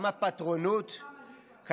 אתה אומר "מלהיט", ובעצמך מלהיט את הרוחות.